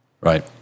Right